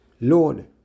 Lord